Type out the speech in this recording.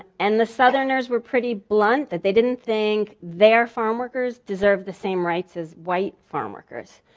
and the southerners were pretty blunt that they didn't think their farmworkers deserve the same rights as white farmworkers.